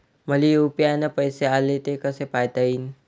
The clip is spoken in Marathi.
मले यू.पी.आय न पैसे आले, ते कसे पायता येईन?